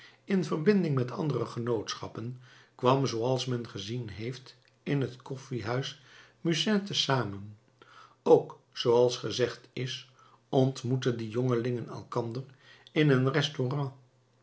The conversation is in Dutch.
in verbinding met andere genootschappen kwam zooals men gezien heeft in het koffiehuis musain te zamen ook zooals gezegd is ontmoetten die jongelingen elkander in een restaurant